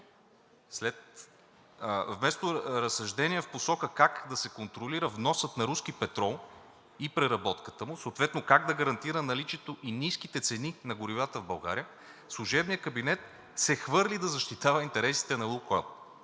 Вместо разсъждения в посока как да се контролира вносът на руски петрол и преработката му, съответно как да гарантира наличието и ниските цени на горивата в България, служебният кабинет се хвърли да защитава интересите на „Лукойл“,